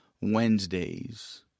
Wednesdays